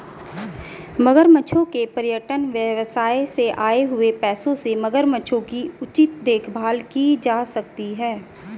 मगरमच्छों के पर्यटन व्यवसाय से आए हुए पैसों से मगरमच्छों की उचित देखभाल की जा सकती है